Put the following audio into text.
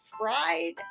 fried